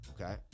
Okay